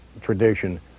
tradition